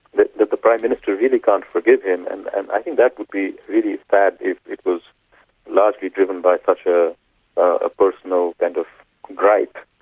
but the the prime minister really can't forgive him and i think that would be really sad if it was largely driven by such a ah personal kind of gripe.